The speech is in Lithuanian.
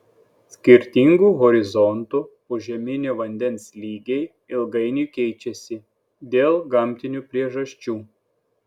skirtingų horizontų požeminio vandens lygiai ilgainiui keičiasi dėl gamtinių priežasčių